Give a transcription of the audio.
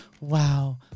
Wow